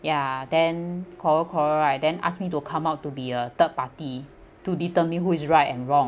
ya then quarrel quarrel right then ask me to come out to be a third party to determine who is right and wrong